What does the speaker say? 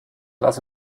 lass